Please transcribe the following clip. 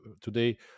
Today